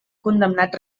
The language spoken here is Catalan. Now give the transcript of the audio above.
condemnat